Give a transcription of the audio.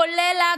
כולל,